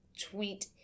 tweet